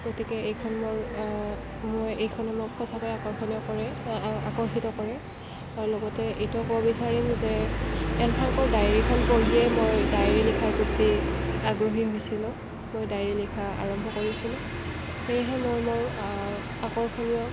গতিকে এইখন মোৰ এইখনে মোক সঁচাকৈ আকৰ্ষণীয় কৰে আকৰ্ষিত কৰে আৰু লগতে এইটো ক'ব বিচাৰিম যে এন ফ্ৰাংকৰ ডায়েৰীখন পঢ়িয়ে মই ডায়েৰী লিখাৰ প্ৰতি আগ্ৰহী হৈছিলোঁ মই ডায়েৰী লিখা আৰম্ভ কৰিছিলোঁ সেইয়েহে মই মোৰ আকৰ্ষণীয়